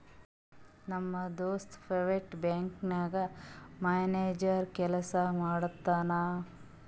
ನಮ್ ದೋಸ್ತ private bank ನಾಗ್ ಮ್ಯಾನೇಜರ್ ಕೆಲ್ಸಾ ಮಾಡ್ತಾನ್